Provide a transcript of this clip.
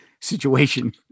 situation